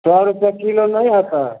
सए रुपए किलो नहि होयतैक